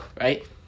right